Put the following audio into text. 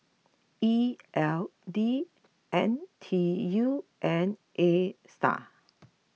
E L D N T U and Astar